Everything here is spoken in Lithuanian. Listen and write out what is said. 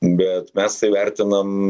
bet mes tai vertinam